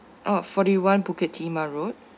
oh forty one bukit timah road